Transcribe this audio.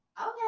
Okay